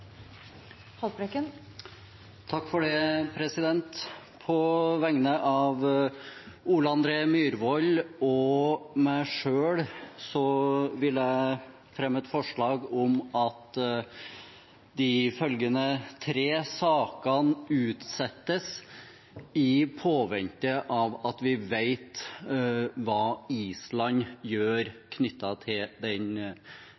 På vegne av Ole André Myhrvold og meg selv vil jeg fremme et forslag om at de følgende tre sakene utsettes i påvente av at vi vet hva Island gjør knyttet til den